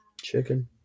Chicken